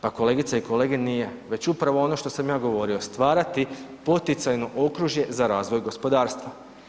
Pa kolegice i kolege nije, već upravo ono što sam ja govorio, stvarati poticajno okružje za razvoj gospodarstva.